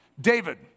David